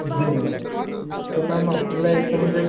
जी ma'am तर ma'am आपल्या याच्यामध्ये